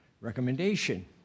recommendation